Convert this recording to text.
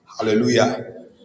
Hallelujah